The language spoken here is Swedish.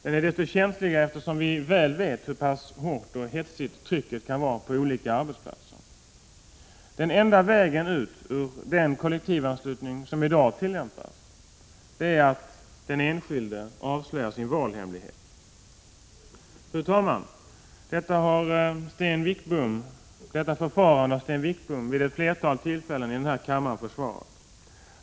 Den är desto känsligare när vi väl vet hur hårt och hetsigt trycket kan vara på olika arbetsplatser. Den enda vägen ut ur den kollektivanslutning som i dag tillämpas är att den enskilde avslöjar sin valhemlighet. Fru talman! Detta förfarande har Sten Wickbom försvarat vid ett flertal tillfällen här i kammaren.